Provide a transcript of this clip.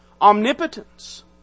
omnipotence